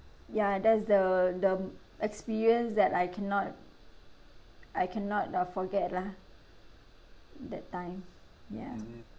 ya that's the the m~ experience that I cannot I cannot uh forget lah that time ya